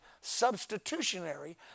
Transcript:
substitutionary